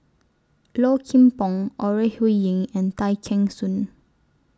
Low Kim Pong Ore Huiying and Tay Kheng Soon